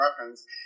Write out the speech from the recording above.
weapons